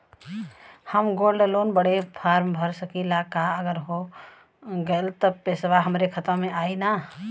हम gold loan बड़े form भर सकी ला का अगर हो गैल त पेसवा हमरे खतवा में आई ना?